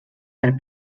per